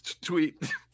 tweet